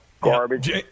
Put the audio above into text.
Garbage